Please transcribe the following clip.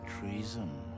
treason